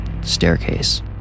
staircase